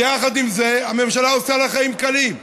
ויחד עם זה, הממשלה עושה לה חיים קלים: